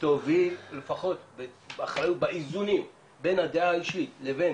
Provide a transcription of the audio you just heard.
לפחות באיזונים בין הדעה האישית לבין